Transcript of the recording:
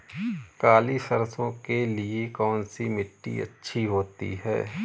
काली सरसो के लिए कौन सी मिट्टी अच्छी होती है?